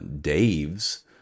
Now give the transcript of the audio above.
Dave's